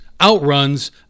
outruns